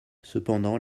cependant